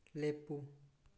ꯂꯦꯞꯄꯨ